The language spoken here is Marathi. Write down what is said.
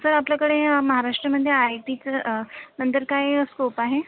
सर आपल्याकडे महाराष्ट्रामध्ये आय टीचं नंतर काय स्कोप आहे